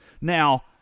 Now